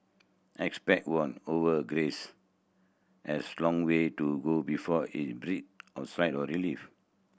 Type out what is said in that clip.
expert warn over Greece has long way to go before it breathe a sigh of relief